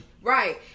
right